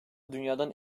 dünyadan